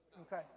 Okay